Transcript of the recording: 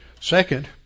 Second